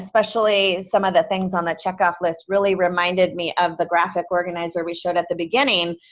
especially some of the things on the checkoff list, really reminded me of the graphic organizer we showed at the beginning.